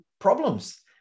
problems